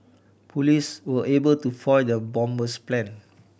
police were able to foil the bomber's plan